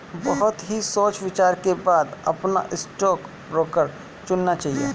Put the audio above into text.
बहुत ही सोच विचार के बाद अपना स्टॉक ब्रोकर चुनना चाहिए